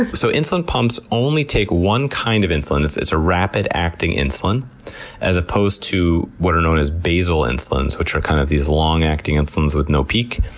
and so insulin pumps only take one kind of insulin, it's it's a rapid-acting insulin as opposed to what are known as basal insulins, which are kind of these long acting insulins with no peak.